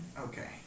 okay